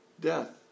death